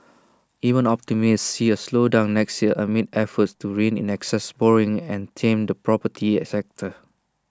even optimists see A slowdown next year amid efforts to rein in excess borrowing and tame the property A sector